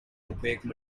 opaque